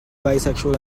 bisexual